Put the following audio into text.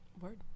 Word